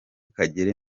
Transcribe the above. kagere